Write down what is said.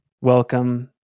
welcome